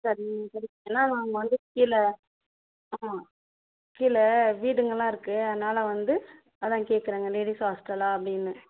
சரிங்க சரி என்னன்னா நாங்க வந்து கீழே கீழே வீடுங்கள்லாம் இருக்கு அதனால் வந்து அதான் கேட்குறங்க லேடிஸ் ஹாஸ்ட்டலாம் அப்படினு